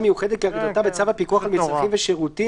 מיוחדת כהגדרתה בצו הפיקוח על מצרכים ושירותים,